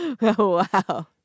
Wow